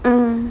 mm